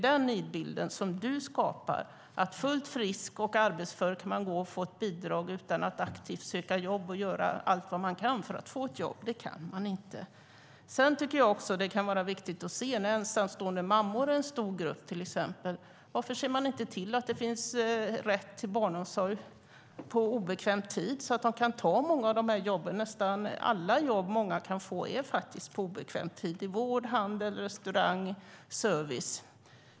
Den nidbild som du skapar är att fullt friska och arbetsföra människor kan gå och få ett bidrag utan att aktivt söka jobb och göra allt de kan för att få ett jobb. Det kan de inte göra. Exempelvis ensamstående mammor är en stor grupp. Varför ser man inte till att det finns rätt till barnomsorg på obekväm tid så att de kan ta många av dessa jobb? Nästan alla jobb som många kan få är på obekväm tid - i vård, handel, restaurang och service.